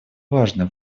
важно